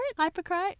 Hypocrite